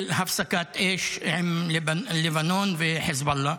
אפשרות של הפסקת אש עם לבנון וחיזבאללה.